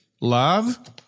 Love